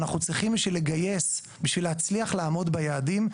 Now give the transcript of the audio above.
בשביל שנצליח לעמוד ביעדים,